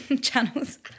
channels